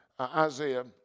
Isaiah